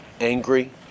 angry